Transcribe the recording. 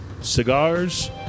cigars